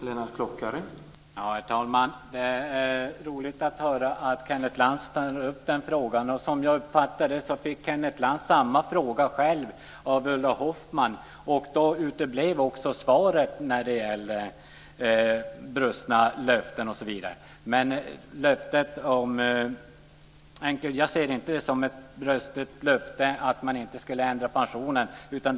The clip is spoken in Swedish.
Herr talman! Det är roligt att höra att Kenneth Lantz tar upp den frågan. Som jag uppfattade det fick Kenneth Lantz samma fråga själv av Ulla Hoffmann, och då uteblev också svaret när det gäller brustna löften osv. Men jag ser inte detta som ett brustet löfte om att man inte skulle ändra pensionen.